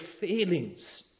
failings